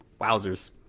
Wowzers